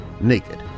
naked